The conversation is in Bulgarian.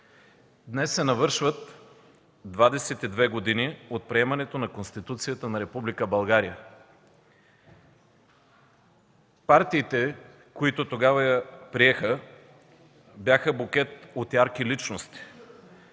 Днес се навършват 22 години от приемането на Конституцията на Република България. Партиите, които тогава я приеха, бяха букет от ярки личности